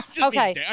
okay